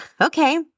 okay